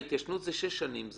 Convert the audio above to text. ההתיישנות היא שש שנים,